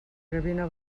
gavina